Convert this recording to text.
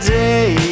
day